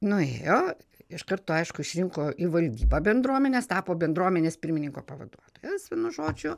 nuėjo iš karto aišku išrinko į valdybą bendruomenės tapo bendruomenės pirmininko pavaduotojas vienu žodžiu